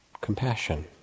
compassion